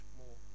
more